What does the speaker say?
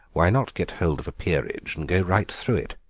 why not get hold of a peerage and go right through it?